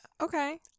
Okay